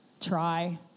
Try